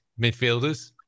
midfielders